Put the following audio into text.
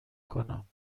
کنم